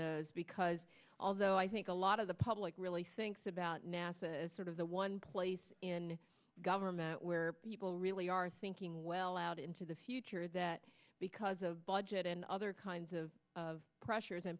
the because although i think a lot of the public really thinks about nasa as sort of the one place in government where people really are thinking well out into the future that because of budget and other kinds of of pressures